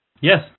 Yes